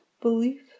belief